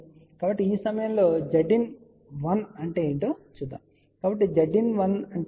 కాబట్టి ఈ సమయంలో Zin1 అంటే ఏమిటో మొదట చూద్దాం